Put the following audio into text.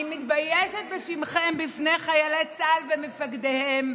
אני מתביישת בשמכם בפני חיילי צה"ל ומפקדיהם,